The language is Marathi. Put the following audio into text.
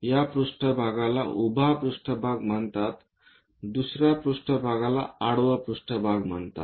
या पृष्ठभागाला उभा पृष्ठभाग म्हणतात दुसरे पृष्ठभागाला आडवा पृष्ठभाग म्हणतात